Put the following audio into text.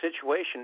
situation